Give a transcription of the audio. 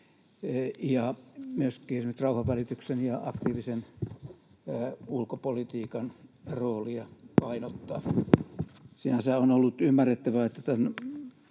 nyt rauhanvälityksen ja aktiivisen ulkopolitiikan roolia painottaa. Sinänsä on ollut ymmärrettävää, että